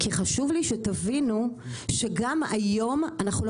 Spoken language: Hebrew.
כי חשוב לי שתבינו שגם היום אנחנו לא